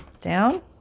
down